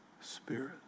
Spirit